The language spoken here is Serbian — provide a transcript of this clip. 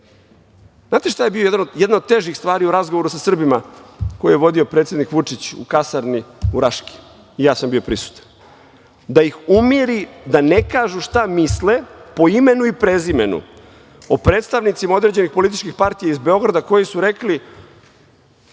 li šta je bila jedna od težih stvari u razgovoru sa Srbima koje je vodio predsednik Vučić u kasarni u Raški, i ja sam bio prisutan? Da ih umiri da ne kažu šta misle, po imenu i prezimenu, o predstavnicima određenih političkih partija iz Beograda koji su rekli